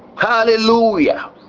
hallelujah